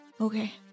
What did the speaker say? Okay